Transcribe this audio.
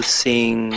sing